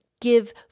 give